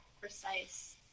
precise